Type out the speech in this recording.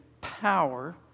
power